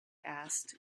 asked